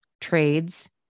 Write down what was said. trades